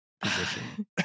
position